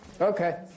Okay